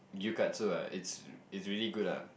gyukatsu ah it's really good ah